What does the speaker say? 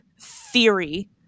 theory